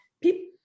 people